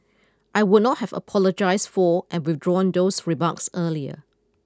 I would not have apologised for and withdrawn those remarks earlier